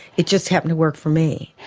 it just happened to work for me.